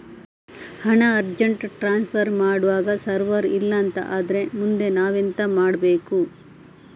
ಹಣ urgent transfer ಮಾಡ್ವಾಗ server ಇಲ್ಲಾಂತ ಆದ್ರೆ ಮುಂದೆ ನಾವೆಂತ ಮಾಡ್ಬೇಕು?